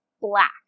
black